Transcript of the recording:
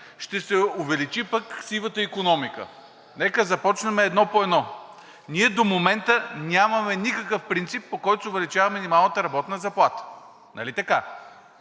ще се увеличи пък сивата икономика. Нека да започнем едно по едно. Ние до момента нямаме никакъв принцип, по който се увеличава минималната работна заплата, нали така?